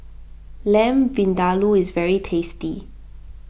Lamb Vindaloo is very tasty